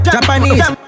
Japanese